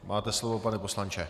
Máte slovo, pane poslanče.